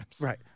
Right